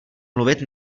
mluvit